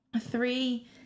Three